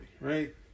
right